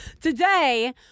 today